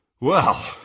Well